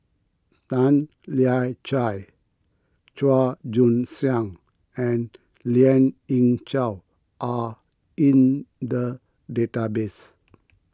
Tan Lian Chye Chua Joon Siang and Lien Ying Chow are in the database